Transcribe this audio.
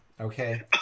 okay